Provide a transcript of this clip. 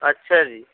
اچھا جی